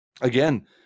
again